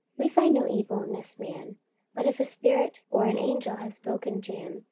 we find no evil in this man but if a spirit or an angel hath spoken to him,